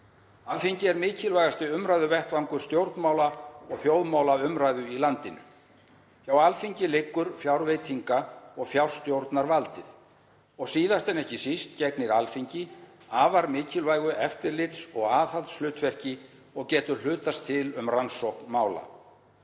Alþingi er mikilvægasti umræðuvettvangur stjórnmála og þjóðmálaumræðu í landinu. Hjá Alþingi liggur fjárveitinga- og fjárstjórnarvaldið og síðast en ekki síst gegnir Alþingi afar mikilvægu eftirlits- og aðhaldshlutverki og getur hlutast til um rannsókn mála.